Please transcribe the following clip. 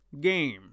game